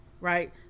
right